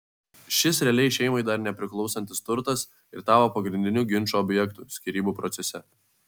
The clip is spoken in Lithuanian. šis realiai šeimai dar nepriklausantis turtas ir tapo pagrindiniu ginčo objektu skyrybų procese